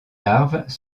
larves